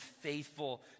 faithful